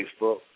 Facebook